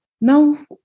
Now